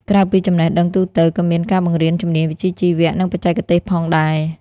ក្រៅពីចំណេះដឹងទូទៅ ក៏មានការបង្រៀនជំនាញវិជ្ជាជីវៈ និងបច្ចេកទេសផងដែរ។